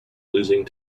losing